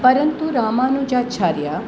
परन्तु रामानुजाचार्यः